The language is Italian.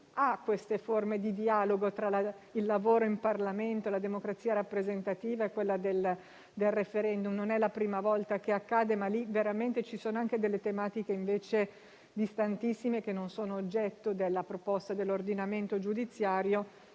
queste forme di dialogo tra il lavoro in Parlamento, la democrazia rappresentativa e quella del *referendum.* Non è la prima volta che accade, ma su questo fronte ci sono anche tematiche distantissime che non sono oggetto della proposta dell'ordinamento giudiziario.